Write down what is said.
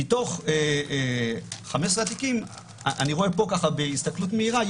מתוך 15 התיקים אני רואה בהסתכלות מהירה,